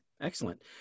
Excellent